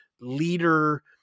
leader